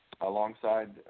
alongside